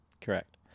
Correct